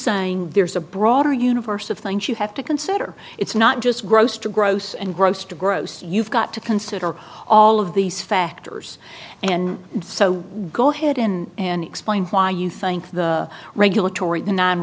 saying there's a broader universe of things you have to consider it's not just gross to gross and gross to gross you've got to consider all of these factors and so go ahead in and explain why you think the regulatory